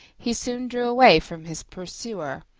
he soon drew away from his pursuer,